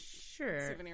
Sure